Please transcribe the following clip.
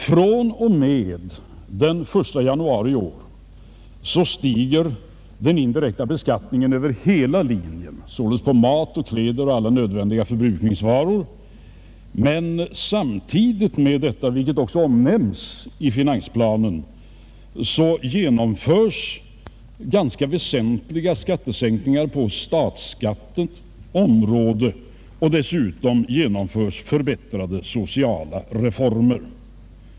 Från och med den 1 januari i år stiger den indirekta beskattningen över hela linjen — alltså på mat, kläder och alla nödvändiga förbrukningsvaror — men samtidigt sker ganska väsentliga skattesänkningar på statsskattens område, och dessutom genomförs förbättrade sociala reformer.